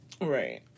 Right